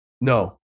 no